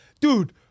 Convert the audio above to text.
Dude